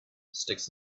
sticks